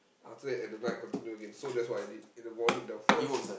after that at the night continue again so that's what I did in the morning the first